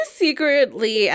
secretly